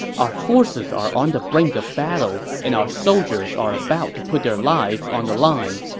our forces are on the brink of battle, and our soldiers are about to put their lives on the line.